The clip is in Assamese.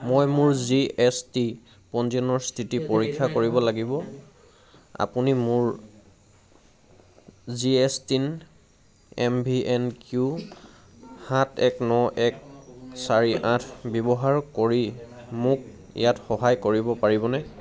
মই মোৰ জি এছ টি পঞ্জীয়নৰ স্থিতি পৰীক্ষা কৰিব লাগিব আপুনি মোৰ G S TIN M V N Q সাত এক ন এক চাৰি আঠ ব্যৱহাৰ কৰি মোক ইয়াত সহায় কৰিব পাৰিবনে